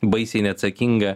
baisiai neatsakinga